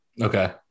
Okay